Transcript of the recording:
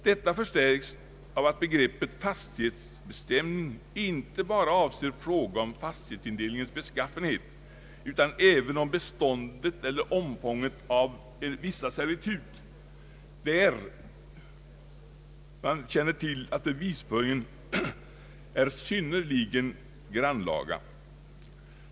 Detta förstärks av att begreppet fastighetsbestämning inte bara avser fråga om fastighetsindelningens beskaffenhet utan även om beståndet eller omfånget av vissa servitut, där bevisföringen är synnerligen grannlaga.